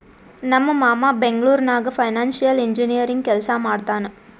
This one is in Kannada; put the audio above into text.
ನಮ್ ಮಾಮಾ ಬೆಂಗ್ಳೂರ್ ನಾಗ್ ಫೈನಾನ್ಸಿಯಲ್ ಇಂಜಿನಿಯರಿಂಗ್ ಕೆಲ್ಸಾ ಮಾಡ್ತಾನ್